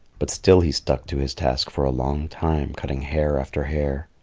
but still he stuck to his task for a long time, cutting hair after hair.